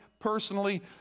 personally